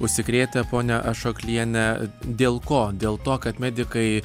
užsikrėtę pone ašokliene dėl ko dėl to kad medikai